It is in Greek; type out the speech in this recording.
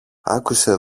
άκουσε